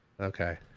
okay